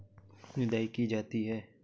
निदाई की जाती है?